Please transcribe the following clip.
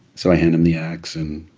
so i hand him the ax, and